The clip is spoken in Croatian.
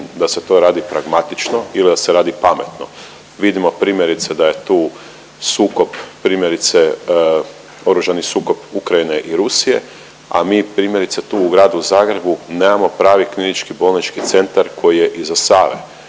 da se to radi pragmatično il da se radi pametno. Vidimo primjerice da je tu sukob primjerice oružani sukob Ukrajine i Rusije, a mi primjerice tu u Gradu Zagrebu nemamo pravi KBC koji je iza Save.